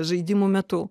žaidimų metu